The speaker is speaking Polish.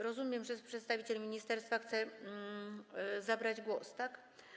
Rozumiem, że przedstawiciel ministerstwa chce zabrać głos, tak?